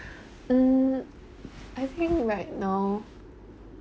mm I think right now